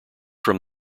from